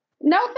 No